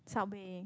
Subway